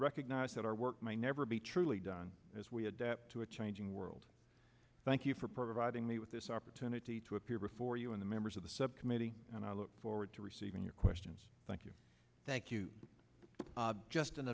recognize that our work may never be truly done as we adapt to a changing world thank you for providing me with this opportunity to appear before you in the members of the subcommittee and i look forward to receiving your questions thank you thank you just an